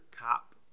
cop